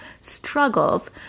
struggles